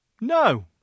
No